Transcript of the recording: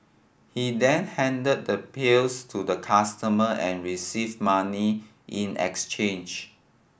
he then handed the pills to the customer and received money in exchange